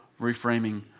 reframing